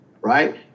Right